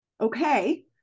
Okay